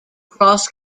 cross